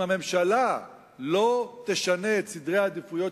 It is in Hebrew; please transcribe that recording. אם הממשלה לא תשנה את סדרי העדיפויות